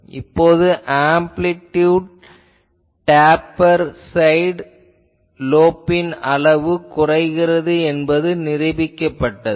இப்போது amplitude taper side லோப்பின் அளவு குறைகிறது என்பது நிருபிக்கப்பட்டது